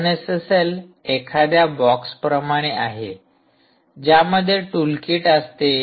open SSL एखाद्या बॉक्सप्रमाणे आहे ज्यामध्ये टूलकिट असते